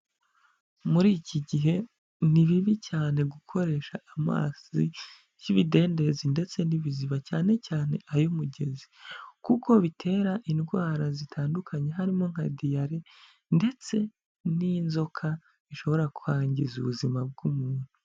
Muri iki gihe, ni bibi cyane gukoresha amazi y'ibidendezi ndetse n'ibiziba, cyane cyane ay'umugezi. Kuko bitera indwara zitandukanye harimo nka diyale, ndetse n'inzoka, zishobora kwangiza ubuzima bw'umuntu.